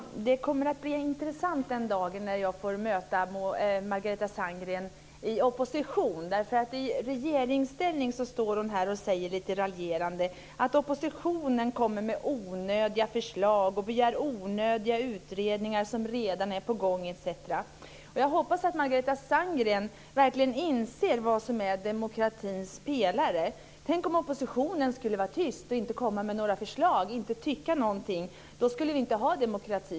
Fru talman! Det kommer att bli intressant den dag när jag får möta Margareta Sandgren i opposition. Från regeringssidan säger hon här lite raljerande att oppositionen kommer med onödiga förslag, begär onödiga utredningar, som redan är på gång etc. Jag hoppas att Margareta Sandgren verkligen inser vad som är demokratins pelare. Tänk om oppositionen skulle vara tyst, inte skulle tycka någonting och inte komma med några förslag! Då skulle vi inte ha en demokrati.